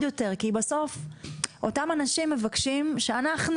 כי בסוף אותם מבקשים שאנחנו,